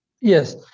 Yes